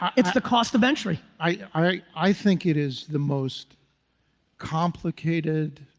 it's the cost of entry. i think it is the most complicated